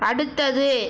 அடுத்தது